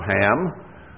Ham